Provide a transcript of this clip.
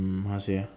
mm how to say ah